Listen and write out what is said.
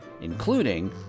including